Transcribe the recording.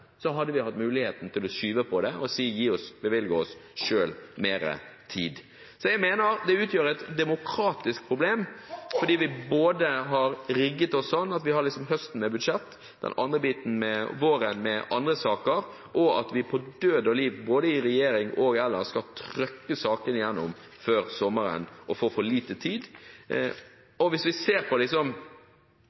så hadde vi hatt muligheten til å skyve på det og bevilge oss selv mer tid. Så jeg mener dette utgjør et demokratisk problem, både fordi vi har rigget oss slik at høsten har budsjettet, og våren har andre saker, og fordi vi på død og liv – både i regjering og ellers – skal «trøkke» sakene igjennom før sommeren og får for lite tid. Hvis vi ser på